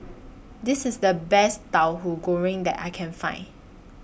This IS The Best Tahu Goreng that I Can Find